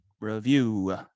review